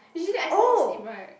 usually I fall asleep right